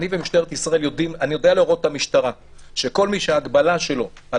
אני יודע להראות למשטרה שכל מי שההגבלה שלו על